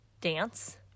dance